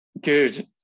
Good